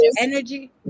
energy